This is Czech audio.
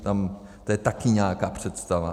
To je taky nějaká představa.